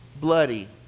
bloody